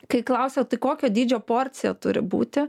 kai klausia tai kokio dydžio porcija turi būti